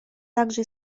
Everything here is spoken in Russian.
также